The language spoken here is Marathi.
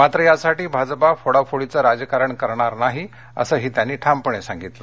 मात्र यासाठी भाजपा फोडाफोडीचं राजकारण करणार नाही असंही त्यांनी ठामपणे सांगितलं